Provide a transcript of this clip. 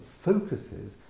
focuses